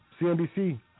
CNBC